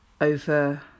over